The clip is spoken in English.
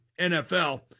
NFL